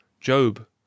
job